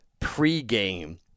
pregame